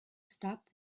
stop